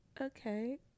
Okay